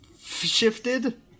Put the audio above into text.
shifted